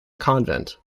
convent